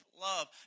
love